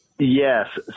Yes